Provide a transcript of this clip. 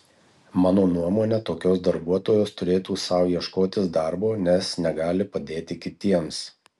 mano nuomone tokios darbuotojos turėtų sau ieškotis darbo nes negali padėti kitiems